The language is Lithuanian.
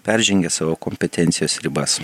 peržengia savo kompetencijos ribas